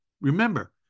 Remember